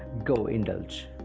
go indulge!